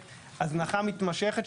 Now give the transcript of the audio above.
יש את הנושא של מחדל התשתיות,